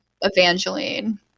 Evangeline